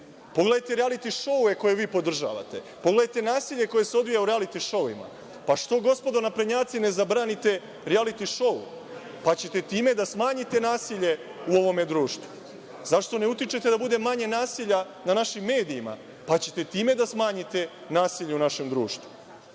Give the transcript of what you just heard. Pogledajte rijaliti šoue koje vi podržavate. Pogledajte nasilje koje se odvija u rijaliti šouima. Što, gospodo naprednjaci, ne zabranite rijaliti šou, pa ćete time da smanjite nasilje u ovome društvu? Zašto ne utičete da bude manje nasilja na našim medijima, pa ćete time da smanjite nasilje u našem društvu?